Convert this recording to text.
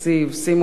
שימו לב,